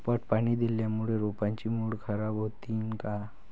पट पाणी दिल्यामूळे रोपाची मुळ खराब होतीन काय?